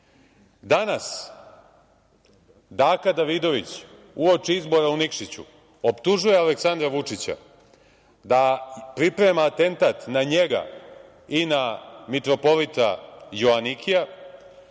Daka Davidović uoči izbora u Nikšiću optužuje Aleksandra Vučića da priprema atentat na njega i na mitropolita Joanikija.